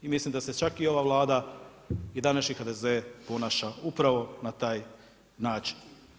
I mislim da se čak i ova Vlada i današnji HDZ ponaša upravo na taj način.